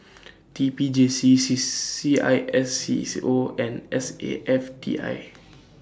T P J C C C I S C O and S A F T I